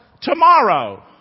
tomorrow